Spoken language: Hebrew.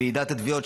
ועידת התביעות,